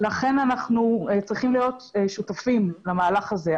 לכן אנחנו צריכים להיות שותפים למהלך הזה.